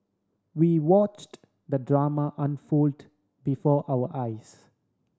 we watched the drama unfold before our eyes